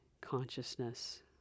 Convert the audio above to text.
consciousness